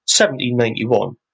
1791